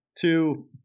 Two